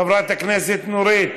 חברת הכנסת נורית,